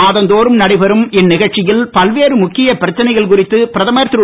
மாதந்தோறும் நடைபெறும் இந்நிகழ்ச்சியில் பல்வேறு முக்கிய பிரச்னைகள் குறித்து பிரதமர் திரு